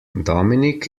dominic